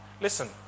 listen